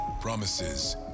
Promises